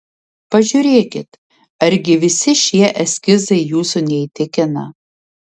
pažiūrėkit argi visi šie eskizai jūsų neįtikina